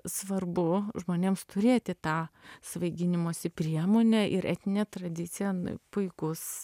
svarbu žmonėms turėti tą svaiginimosi priemonę ir etninė tradicija puikus